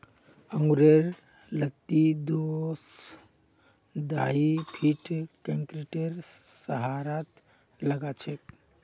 अंगूरेर लत्ती दो स ढाई फीटत कंक्रीटेर सहारात लगाछेक